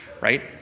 right